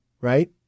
right